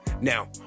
now